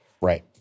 Right